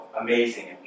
amazing